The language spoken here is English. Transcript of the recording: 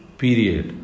period